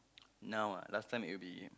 now ah last time it would be